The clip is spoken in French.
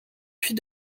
puis